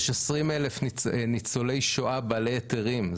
יש 20,000 ניצולי שואה בעלי היתרים.